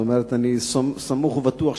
אני סמוך ובטוח שתעשה,